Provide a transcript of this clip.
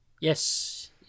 yes